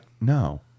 no